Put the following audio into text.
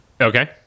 Okay